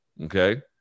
Okay